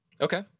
Okay